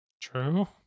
true